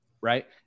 Right